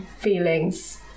feelings